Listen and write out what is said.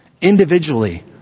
Individually